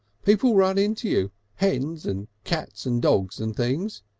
people run into you, hens and cats and dogs and things.